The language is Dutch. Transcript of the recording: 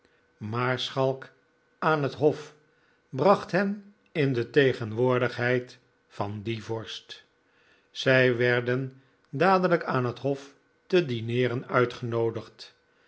maarschalk aan het hof bracht hen in de tegenwoordigheid van dien vorst zij werden dadelijk aan het hof te dineeren uitgenoodigd